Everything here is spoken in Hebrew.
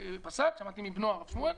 שמעתי מבנו הרב שמואל,